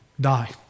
die